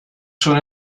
schon